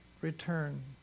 Return